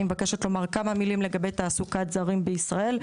אני מבקשת לומר כמה מילים לגבי תעסוקת זרים בישראל,